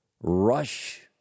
rush